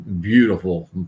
beautiful